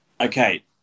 Okay